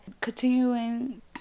Continuing